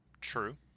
true